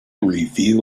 review